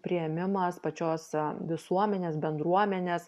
priėmimas pačios visuomenės bendruomenės